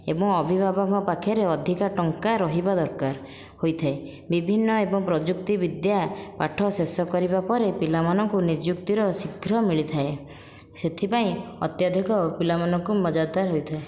ଏବଂ ଅଭିଭାବକ ପାଖରେ ଅଧିକା ଟଙ୍କା ରହିବା ଦରକାର ହୋଇଥାଏ ବିଭିନ୍ନ ଏବଂ ପ୍ରଯୁକ୍ତି ବିଦ୍ୟା ପାଠ ଶେଷ କରିବା ପରେ ପିଲାମାନଙ୍କୁ ନିଯୁକ୍ତିର ଶୀଘ୍ର ମିଳିଥାଏ ସେଥିପାଇଁ ଅତ୍ୟଧିକ ପିଲାମାନଙ୍କୁ ମଜାଦାର ହୋଇଥାଏ